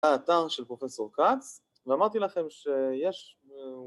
‫האתר של פרופ' קאס, ‫ואמרתי לכם שיש...